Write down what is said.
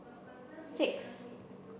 six